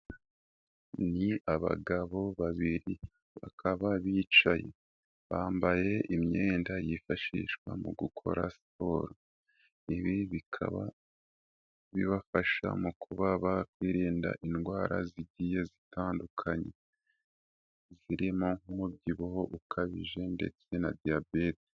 Ni abagabo babiri bakaba bicaye. Bambaye imyenda yifashishwa mu gukora siporo. Ibi bikaba, bibafasha mu kuba bakwirinda indwara zigiye zitandukanye, zirimo nk'umubyibuho ukabije ndetse na Diyabete.